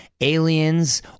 aliens